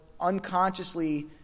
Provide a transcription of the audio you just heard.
unconsciously